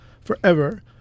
forever